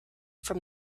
from